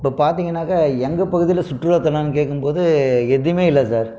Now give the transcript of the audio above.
இப்போது பார்த்திங்கனாக்கா எங்கள் பகுதியில் சுற்றுலாதலம்னு கேட்கும்போது எதுவுமே இல்லை சார்